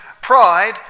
Pride